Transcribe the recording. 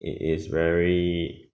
it is very